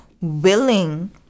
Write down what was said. willing